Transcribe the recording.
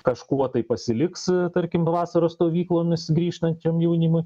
kažkuo tai pasiliks tarkim vasaros stovyklomis grįžtančiam jaunimui